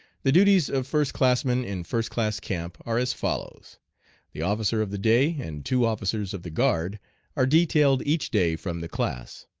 the duties of first-classmen in first-class camp are as follows the officer of the day and two officers of the guard are detailed each day from the class.